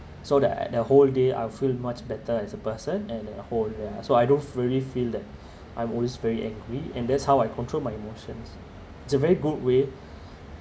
so that the whole day I feel much better as a person and whole ya so I don't really feel that I'm always very angry and that's how I control my emotions it's a very good way